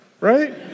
right